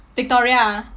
victoria